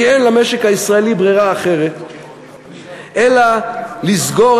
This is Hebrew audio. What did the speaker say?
כי אין למשק הישראלי ברירה אחרת אלא לסגור